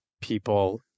people